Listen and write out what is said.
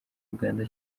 uganda